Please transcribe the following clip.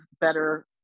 better